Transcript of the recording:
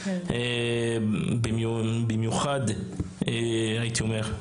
במיוחד הייתי אומר,